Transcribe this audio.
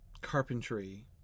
carpentry